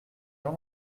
dans